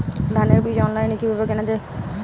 ধানের বীজ অনলাইনে কিভাবে কেনা যায়?